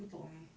不懂 eh